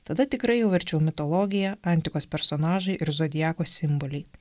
tada tikrai jau arčiau mitologija antikos personažai ir zodiako simboliai